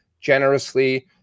generously